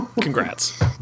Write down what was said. Congrats